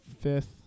fifth